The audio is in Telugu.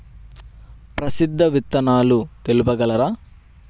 ప్రసిద్ధ విత్తనాలు తెలుపగలరు?